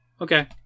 Okay